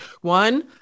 One